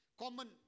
Common